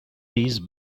these